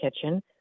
kitchen